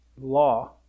law